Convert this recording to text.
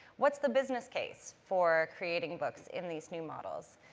what's the business case for creating books in these new models?